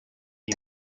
iyi